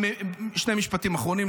שני משפטים אחרונים,